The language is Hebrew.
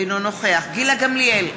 אינו נוכח גילה גמליאל,